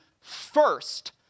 first